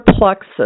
plexus